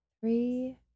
three